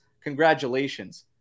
congratulations